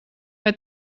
vai